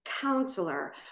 counselor